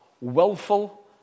willful